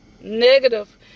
Negative